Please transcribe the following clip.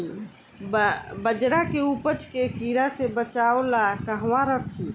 बाजरा के उपज के कीड़ा से बचाव ला कहवा रखीं?